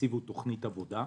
תקציב הוא תכנית עבודה.